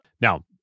Now